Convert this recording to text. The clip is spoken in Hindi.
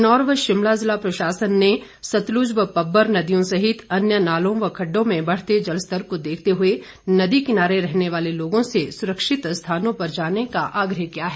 किन्नौर व शिमला ज़िला प्रशासन ने सतलुज व पब्बर नदियों सहित अन्यों नालों व खड्डों में बढ़ते जलस्तर को देखते हुए नदी किनारे रहने वाले लोगों से सुरक्षित स्थानों पर जाने का आग्रह किया है